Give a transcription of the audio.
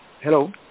Hello